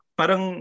parang